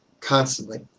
constantly